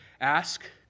ask